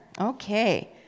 Okay